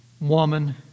woman